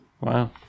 Wow